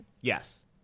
Yes